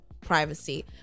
privacy